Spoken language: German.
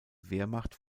wehrmacht